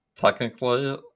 Technically